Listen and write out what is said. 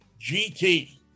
GT